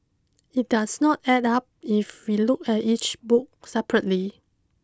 it does not add up if we look at each book separately